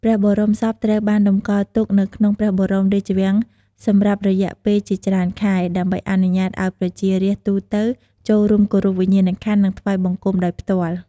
ព្រះបរមសពត្រូវបានតម្កល់ទុកនៅក្នុងព្រះបរមរាជវាំងសម្រាប់រយៈពេលជាច្រើនខែ ដើម្បីអនុញ្ញាតឱ្យប្រជារាស្ត្រទូទៅចូលរួមគោរពវិញ្ញាណក្ខន្ធ និងថ្វាយបង្គំដោយផ្ទាល់។